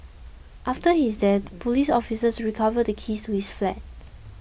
after his death police officers recovered the keys to his flat